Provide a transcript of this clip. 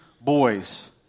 boys